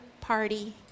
party